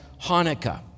Hanukkah